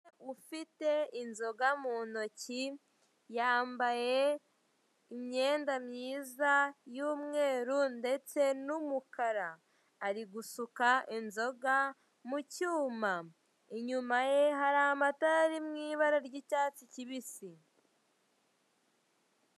Ufite inzoga mu ntoki yambaye imyenda myiza y'umweru ndetse n'umukara ari gusuka inzoga mu cyuma. Inyuma ye hari amatara ari mu ibara ry'icyatsi kibisi.